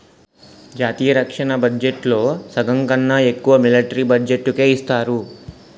జాతీయ రక్షణ బడ్జెట్లో సగంకన్నా ఎక్కువ మిలట్రీ బడ్జెట్టుకే ఇస్తారు